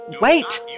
Wait